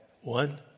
One